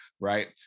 right